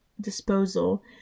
disposal